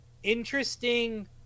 Interesting